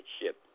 ship